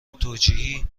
توجیهی